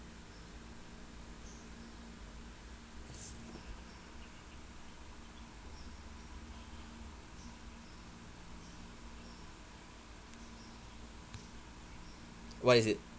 what is it